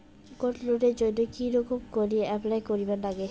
Gold লোনের জইন্যে কি রকম করি অ্যাপ্লাই করিবার লাগে?